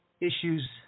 issues